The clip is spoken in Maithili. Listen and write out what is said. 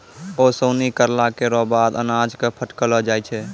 ओसौनी करला केरो बाद अनाज क फटकलो जाय छै